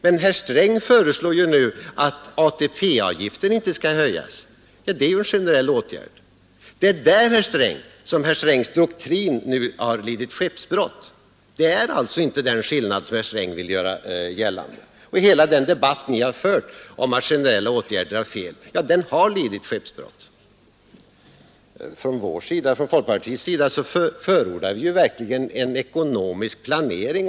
Men herr Sträng föreslår att ATP-avgiften inte skall höjas. Det är en generell åtgärd. Det finns alltså inte någon sådan skillnad mellan våra förslag som herr Sträng vill göra gällande. Hela den debatt som Ni har fört om att det är fel att vidta generella åtgärder har lidit skeppsbrott. Från folkpartiets sida förordar vi verkligen en ekonomisk planering.